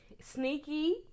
sneaky